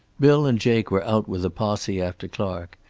bill and jake were out with a posse after clark,